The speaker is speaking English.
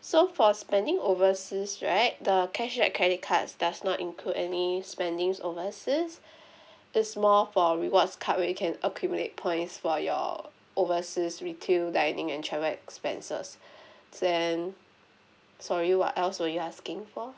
so for a spending overseas right the cashback credit cards does not include any spendings overseas it's more for rewards card where you can accumulate points for your overseas retail dining and travel expenses then sorry what else were you asking for